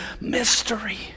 mystery